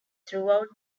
throughout